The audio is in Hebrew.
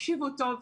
תקשיבו טוב,